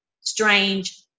strange